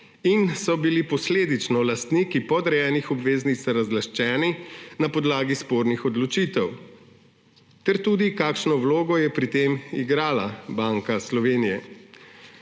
in so bili posledično lastniki podrejenih obveznic razlaščeni na podlagi spornih odločitev ter tudi, kakšno vlogo je pri tem igrala Banka Slovenije.